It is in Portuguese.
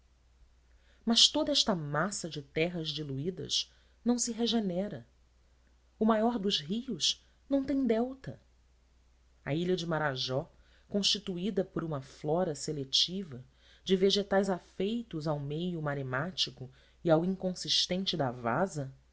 mas toda esta massa de terras diluídas não se regenera o maior dos rios não tem delta a ilha de marajó constituída por uma flora seletiva de vegetais afeitos ao meio maremático e ao inconsistente da vasa